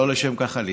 לא לשם כך עליתי.